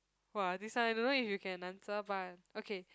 !wah! this one I don't know if you can answer but okay